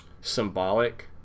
symbolic